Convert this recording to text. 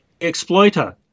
exploiter